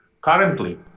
Currently